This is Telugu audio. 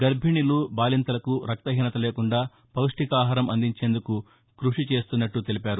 గర్బిణీలు బాలింతలకు రక్తపీనత లేకుండా పౌష్లికాహారం అందించేందుకు క్బషి చేస్తున్నట్లు తెలిపారు